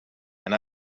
and